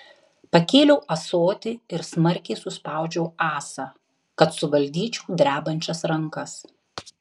pakėliau ąsotį ir smarkiai suspaudžiau ąsą kad suvaldyčiau drebančias rankas